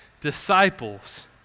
disciples